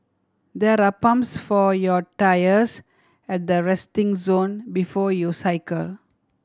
there are pumps for your tyres at the resting zone before you cycle